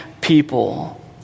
people